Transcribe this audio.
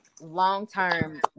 long-term